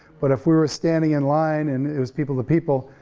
but if we were standing in line, and it was people to people,